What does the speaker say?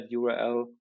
URL